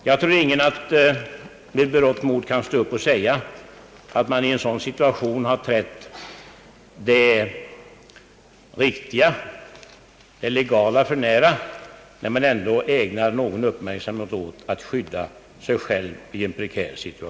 Ingen kan väl heller med berått mod stå upp och påstå att vi i ett sådant läge skulle ha trätt det riktiga, det legala, för nära när vi i en prekär situation ägnar någon uppmärksamhet åt att skydda oss själva.